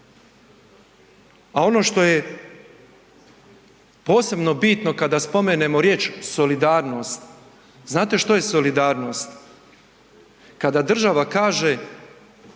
A ono što je posebno bitno kada spomenemo riječ „solidarnost“, znate što je solidarnost? Kada država kaže